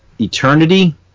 eternity